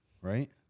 right